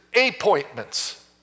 appointments